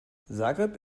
zagreb